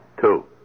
Two